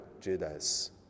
Judas